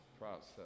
process